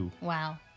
Wow